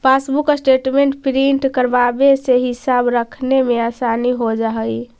passbook statement print करवावे से हिसाब रखने में आसानी हो जा हई